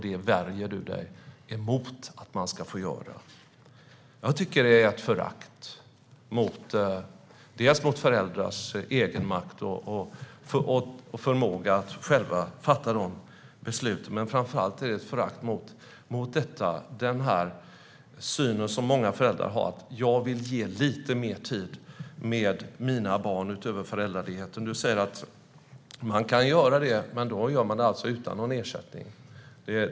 Det värjer du dig mot att man ska få. Jag tycker att det är ett förakt mot föräldrars egenmakt och förmåga att själva fatta beslut. Men framför allt är det ett förakt mot den syn som många föräldrar har om att de vill ge lite mer tid till sina barn utöver föräldraledigheten. Du säger att man kan göra det, men då gör man det alltså utan någon ersättning.